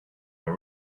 are